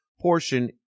portion